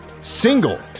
single